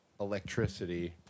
electricity